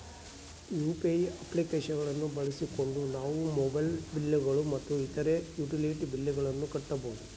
UPI application ಗಳನ್ನ ಬಳಸಿಕೊಂಡು ನಾವು ಮೊಬೈಲ್ ಬಿಲ್ ಗಳು ಮತ್ತು ಇತರ ಯುಟಿಲಿಟಿ ಬಿಲ್ ಗಳನ್ನ ಕಟ್ಟಬಹುದು